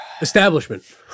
establishment